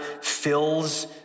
fills